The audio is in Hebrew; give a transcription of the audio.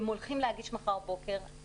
הם הולכים להגיש מחר בבוקר.